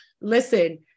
Listen